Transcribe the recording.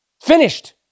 Finished